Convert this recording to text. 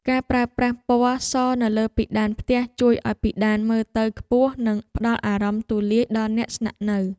ការប្រើប្រាស់ពណ៌សនៅលើពិដានផ្ទះជួយឱ្យពិដានមើលទៅខ្ពស់និងផ្តល់អារម្មណ៍ទូលាយដល់អ្នកស្នាក់នៅ។